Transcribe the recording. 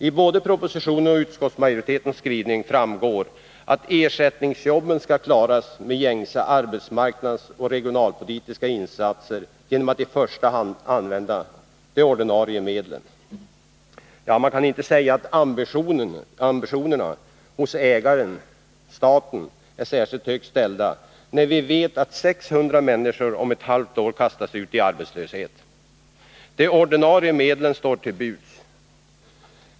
Av både propositionen och utskottsmajoritetens skrivning framgår att ersättningsjobben skall klaras med gängse arbetsmarknadsoch regionalpolitiska insatser genom att i första hand de ordinarie medlen skall användas. Man kan inte säga att ambitionerna hos ägaren, staten, är särskilt högt ställda, när vi vet att 600 människor om ett halvt år kastas ut i arbetslöshet. De ”ordinarie medlen” står till buds.